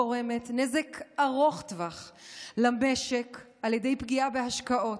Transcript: השחיתות גורמת נזק ארוך טווח למשק על ידי פגיעה בהשקעות,